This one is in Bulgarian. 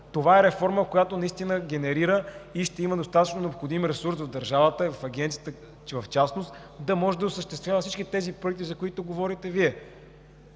Това е реформа, която наистина генерира и ще има достатъчно необходим ресурс в държавата, и в Агенцията в частност, да може да осъществява всички тези проекти, за които говорите Вие.